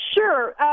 Sure